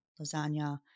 lasagna